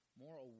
more